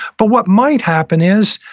but what might happen is,